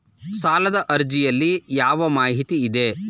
ಸಾಲದ ಅರ್ಜಿಯಲ್ಲಿ ಯಾವ ಮಾಹಿತಿ ಇದೆ?